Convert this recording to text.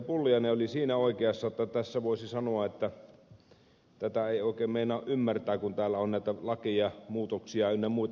pulliainen oli siinä oikeassa että tässä voisi sanoa että tätä ei oikein meinaa ymmärtää kun täällä on näitä lakeja muutoksia ynnä muuta